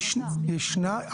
ישנה,